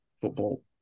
football